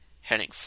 heading